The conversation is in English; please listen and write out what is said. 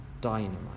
dynamite